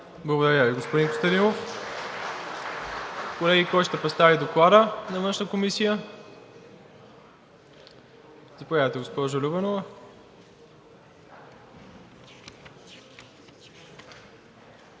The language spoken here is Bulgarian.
Благодаря Ви, господин Костадинов. Колеги, кой ще представи Доклада на Външната комисия? Заповядайте, госпожо Любенова.